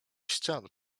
ścian